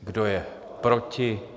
Kdo je proti?